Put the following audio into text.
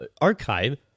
archive